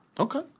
Okay